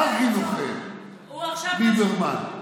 ארכי-נוכל, ליברמן.